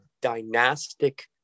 dynastic